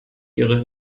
ihre